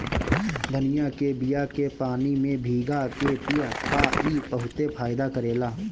धनिया के बिया के पानी में भीगा के पिय त ई बहुते फायदा करेला